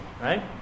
right